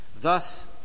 Thus